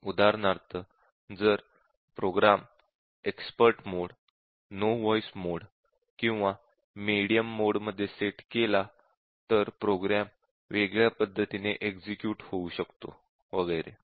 उदाहरणार्थ जर program expert mode novice mode किंवा मेडीयम मोडमध्ये सेट केला तर प्रोग्राम वेगळ्या पद्धतीने एक्झिक्युट होऊ शकतो वगैरे